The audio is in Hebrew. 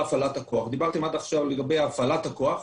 דיברתם עד עכשיו על הפעלת הכוח.